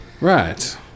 Right